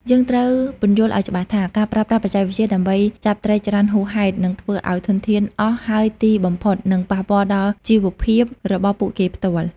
យើងត្រូវពន្យល់ឲ្យច្បាស់ថា ការប្រើប្រាស់បច្ចេកវិទ្យាដើម្បីចាប់ត្រីច្រើនហួសហេតុ នឹងធ្វើឲ្យធនធានអស់ ហើយទីបំផុតនឹងប៉ះពាល់ដល់ជីវភាពរបស់ពួកគេផ្ទាល់។